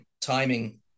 Timing